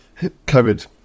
covid